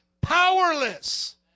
powerless